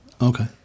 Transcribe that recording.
Okay